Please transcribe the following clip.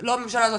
לא הממשלה הזאת,